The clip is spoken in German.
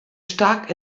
stark